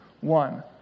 One